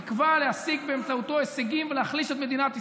תקווה להשיג באמצעותו הישגים ולהחליש את מדינת ישראל.